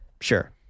sure